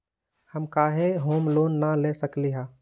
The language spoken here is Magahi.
हम काहे होम लोन न ले सकली ह?